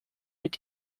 mit